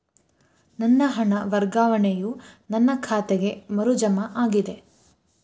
ನನ್ನ ಹಣ ವರ್ಗಾವಣೆಯು ನನ್ನ ಖಾತೆಗೆ ಮರು ಜಮಾ ಆಗಿದೆ